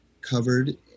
covered